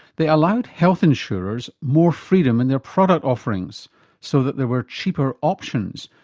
they allowed health insurers more freedom in their product offerings so that there were cheaper options,